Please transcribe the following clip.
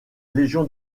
légion